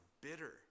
bitter